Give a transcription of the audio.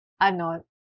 Ano